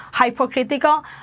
hypocritical